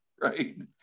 right